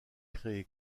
créé